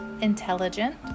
intelligent